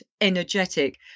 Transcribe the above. energetic